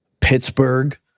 Pittsburgh